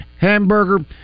hamburger